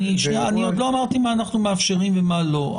עוד לא אמרתי מה אנחנו מאפשרים ומה לא.